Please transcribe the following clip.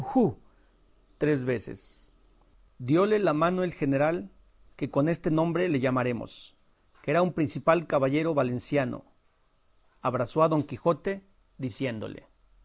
tres veces diole la mano el general que con este nombre le llamaremos que era un principal caballero valenciano abrazó a don quijote diciéndole